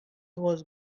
was